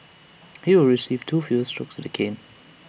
he will receive two fewer strokes of the cane